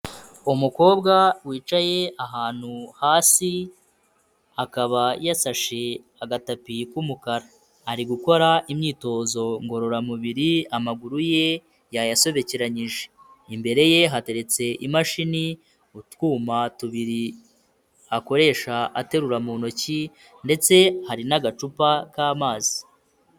Umukobwa wicaye ahantu hasi, akaba yasashe agatapi k'umukara, ari gukora imyitozo ngororamubiri amaguru ye yayasobekeranyije, imbere ye hateretse imashini, utwuma tubiri akoresha aterura mu ntoki ndetse hari n'agacupa k'amazi.